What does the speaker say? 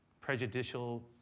prejudicial